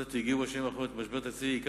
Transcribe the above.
המועצות הדתיות הגיעו בשנים האחרונות למשבר תקציבי.